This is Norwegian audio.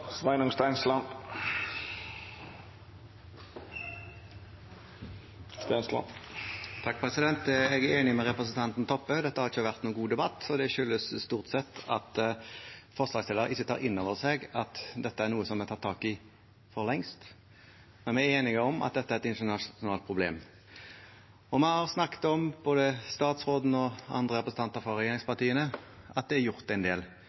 Jeg er enig med representanten Toppe: Dette har ikke vært noen god debatt. Det skyldes stort sett at forslagsstillerne ikke tar inn over seg at dette er noe vi har tatt tak i for lengst. Men vi er enige om at dette er et internasjonalt problem. Vi har snakket om, både statsråden og andre representanter fra regjeringspartiene, at en del er gjort.